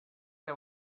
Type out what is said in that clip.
que